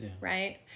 right